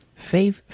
Fave